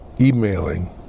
emailing